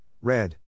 red